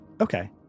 Okay